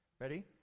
Ready